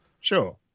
Sure